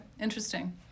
Interesting